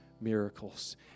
miracles